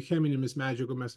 cheminėmis medžiagomis